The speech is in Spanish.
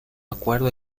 acuerdo